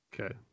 Okay